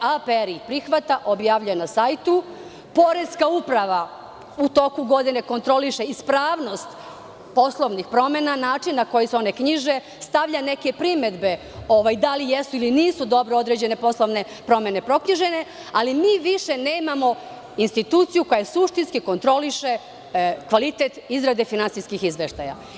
Agencija za privredne registre ih prihvata, objavljuje na sajtu, poreska uprava u toku godine kontroliše ispravnost poslovnih promena, način na koji se one knjiže, stavlja neke primedbe da li jesu ili nisu dobro određene poslovne promene proknjižene, ali mi više nemamo instituciju koja suštinski kontroliše kvalitet izrade finansijskih izveštaja.